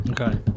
Okay